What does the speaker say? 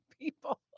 people